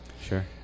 Sure